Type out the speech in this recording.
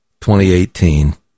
2018